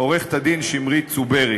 עורכת-הדין שמרית צוברי.